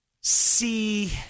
see